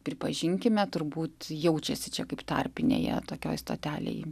pripažinkime turbūt jaučiasi čia kaip tarpinėje tokioj stotelėj